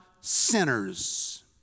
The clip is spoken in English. sinners